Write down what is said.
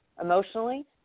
emotionally